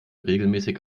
regelmäßig